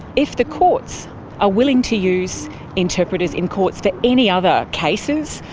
if the courts are willing to use interpreters in courts for any other cases,